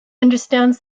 understands